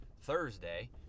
Thursday